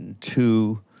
two